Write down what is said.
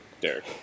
Derek